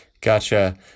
Gotcha